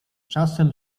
czasem